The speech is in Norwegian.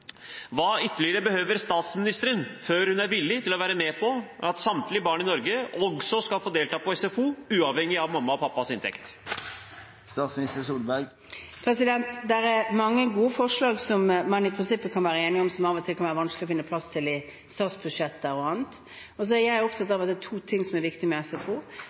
Hva ytterligere behøver statsministeren før hun er villig til å være med på at samtlige barn i Norge også skal få delta på SFO uavhengig av mamma og pappas inntekt? Det er mange gode forslag som man i prinsippet kan være enige om, men som av og til kan være vanskelig å finne plass til i statsbudsjettet og annet. Jeg er opptatt av at det er to ting som er viktig med SFO.